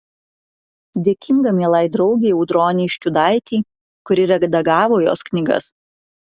dėkinga mielai draugei audronei škiudaitei kuri redagavo jos knygas